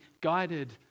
guided